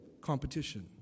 Competition